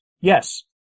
Yes